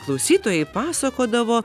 klausytojai pasakodavo